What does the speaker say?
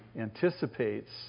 anticipates